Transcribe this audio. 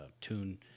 tune